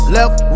Left